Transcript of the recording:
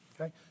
okay